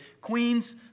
Queens